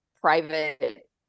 private